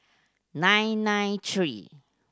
nine nine three